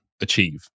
achieve